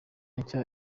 nshya